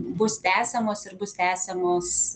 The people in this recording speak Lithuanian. bus tęsiamos ir bus tęsiamos